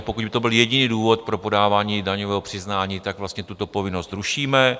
Pokud by to byl jediný důvod pro podávání daňového přiznání, tak vlastně tuto povinnost rušíme.